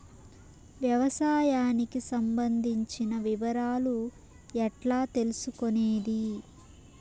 వ్యవసాయానికి సంబంధించిన వివరాలు ఎట్లా తెలుసుకొనేది?